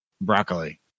broccoli